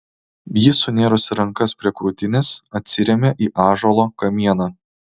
ji sunėrusi rankas prie krūtinės atsirėmė į ąžuolo kamieną